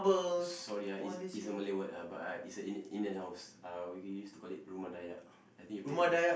sorry ah it's it's a Malay word ah but I it's a house uh we we used to call it Rumah Dayak I think you play before